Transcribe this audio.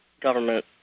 government